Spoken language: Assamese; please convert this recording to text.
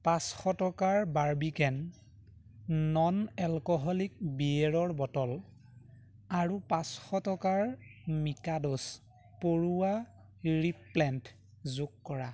পাঁচশ টকাৰ বাৰ্বিকেন নন এলকহলিক বিয়েৰৰ বটল আৰু পাঁচশ টকাৰ মিকাদোছ পৰুৱা ৰিপ্লেণ্ট যোগ কৰা